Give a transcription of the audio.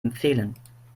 empfehlen